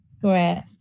Great